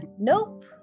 nope